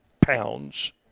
pounds